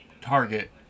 target